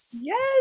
Yes